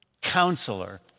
Counselor